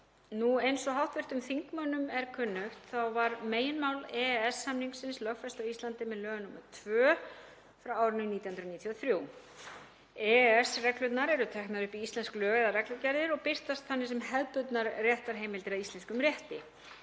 Eins og hv. þingmönnum er kunnugt var meginmál EES-samningsins lögfest á Íslandi með lögum nr. 2/1993. EES-reglurnar eru teknar upp í íslensk lög eða reglugerðir og birtast þannig sem hefðbundnar réttarheimildir að íslenskum rétti.